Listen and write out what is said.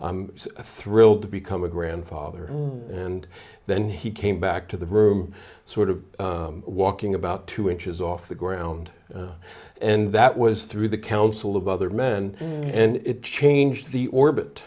thrilled to become a grandfather and then he came back to the room sort of walking about two inches off the ground and that was through the council of other men and it changed the orbit